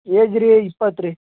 age ರೀ ಇಪ್ಪತ್ತು ರೀ